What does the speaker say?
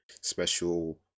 special